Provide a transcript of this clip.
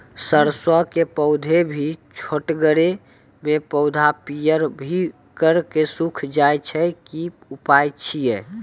सरसों के पौधा भी छोटगरे मे पौधा पीयर भो कऽ सूख जाय छै, की उपाय छियै?